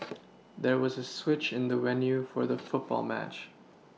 there was a switch in the venue for the football match